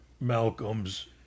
Malcolm's